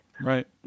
right